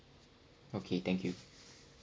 okay thank you